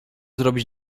zrobić